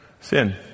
sin